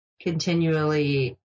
continually